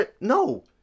No